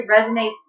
resonates